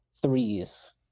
threes